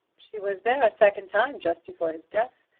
she was there a second time, just before his death.